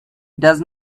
does